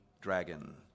dragon